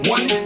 One